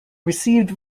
received